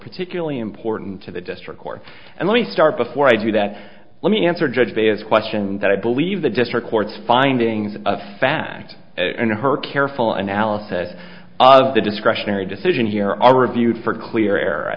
particularly important to the district court and let me start before i do that let me answer judge bay as question that i believe the district court's findings of fact in her careful analysis of the discretionary decision here are reviewed for clear air i